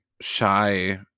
shy